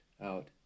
out